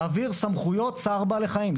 להעביר את סמכויות צער בעלי חיים,